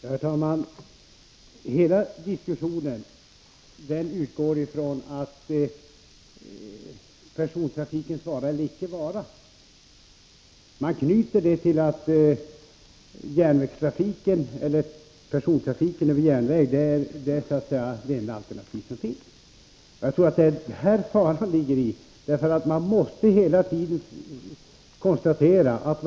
Herr talman! Hela diskussionen utgår från persontrafikens vara eller icke vara. Man knyter det till att persontrafiken över järnväg är det enda alternativ som finns. Jag tror emellertid att det ligger en fara i detta.